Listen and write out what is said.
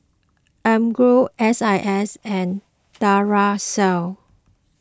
Emborg S I S and Duracell